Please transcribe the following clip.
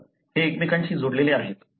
तर हे एकमेकांशी जोडलेले आहेत